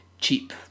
cheap